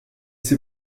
ces